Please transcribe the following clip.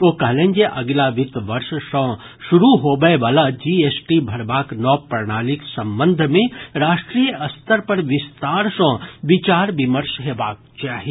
ओ कहलनि जे अगिला वित्त वर्ष सँ शुरू होबय वला जीएसटी भरबाक नव प्रणालीक संबंध मे राष्ट्रीय स्तर पर विस्तार सँ विचार विमर्श हेबाक चाही